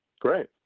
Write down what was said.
Great